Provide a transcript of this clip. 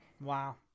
Wow